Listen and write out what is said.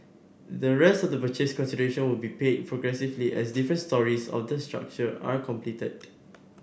the rest of the purchase consideration will be paid progressively as different stories of the structure are completed